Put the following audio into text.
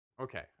Okay